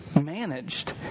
managed